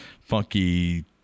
funky